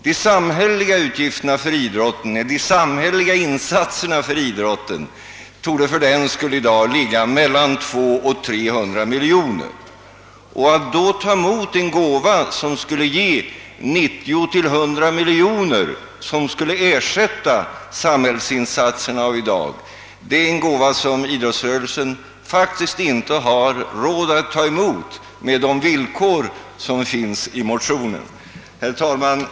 De sammanlagda samhälleliga insatserna för idrotten torde alltså i dag ligga mellan 200 och 300 miljoner kronor, och en gåva, som skulle ge 90 å 100 miljoner och som skulle ersätta samhällsinsatserna av i dag, är någonting som idrottsrörelsen faktiskt inte har råd att ta emot på grund av de verkningar detta skulle medföra. Herr talman!